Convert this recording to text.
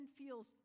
feels